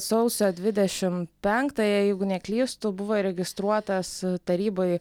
sausio dvidešim penktąją jeigu neklystu buvo įregistruotas tarybai